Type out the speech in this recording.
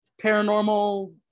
paranormal